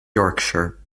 yorkshire